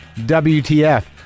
WTF